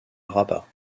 rabat